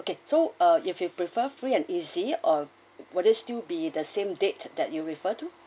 okay so uh if you prefer free and easy uh would it still be the same date that you refer to